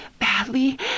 badly